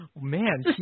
man